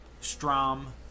Strom